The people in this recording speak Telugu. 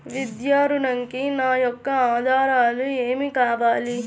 విద్యా ఋణంకి నా యొక్క ఆధారాలు ఏమి కావాలి?